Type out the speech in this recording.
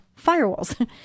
firewalls